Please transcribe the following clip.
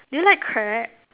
do you like crab